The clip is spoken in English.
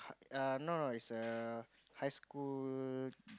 err no no is a high school